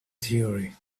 theory